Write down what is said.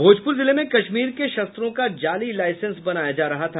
भोजपुर जिले में कश्मीर के शस्त्रों का जाली लाइसेंस बनाया जा रहा था